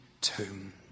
tomb